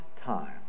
time